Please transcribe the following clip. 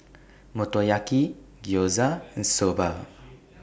Motoyaki Gyoza and Soba